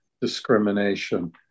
discrimination